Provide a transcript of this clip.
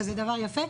שזה דבר יפה.